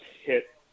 hit